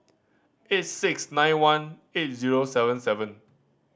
eight six nine one eight zero seven seven